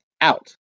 out